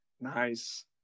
Nice